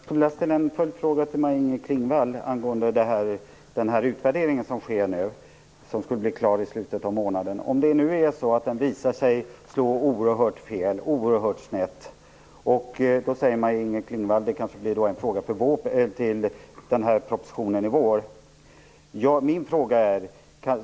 Herr talman! Jag skulle vilja ställa en följdfråga till Maj-Inger Klingvall angående den utvärdering som nu sker och som skulle bli klar i slutet av månaden. Maj-Inger Klingvall säger att bostadsbidragen kanske blir en fråga för propositionen i vår om systemet visar sig vara oerhört fel och oerhört snett.